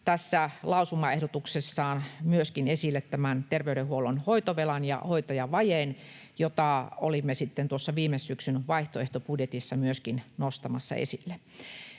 tässä lausumaehdotuksessaan myöskin esille tämän terveydenhuollon hoitovelan ja hoitajavajeen, jota olimme sitten tuossa viime syksyn vaihtoehtobudjetissa myöskin nostamassa esille.